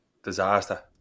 Disaster